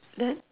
then